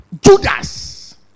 Judas